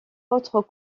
autres